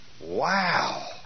Wow